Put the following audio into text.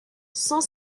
cent